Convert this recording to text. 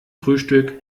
frühstück